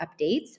updates